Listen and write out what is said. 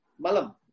Malam